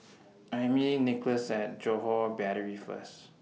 I Am meeting Nicklaus At Johore Battery First